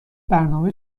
برنامه